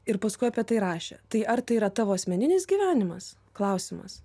ir paskui apie tai rašė tai ar tai yra tavo asmeninis gyvenimas klausimas